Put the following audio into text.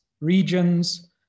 regions